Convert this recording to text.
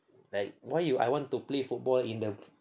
then why you I want to play football in the